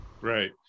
right